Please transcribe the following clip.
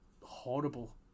horrible